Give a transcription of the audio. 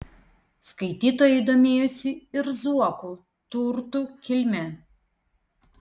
skaitytojai domėjosi ir zuokų turtų kilme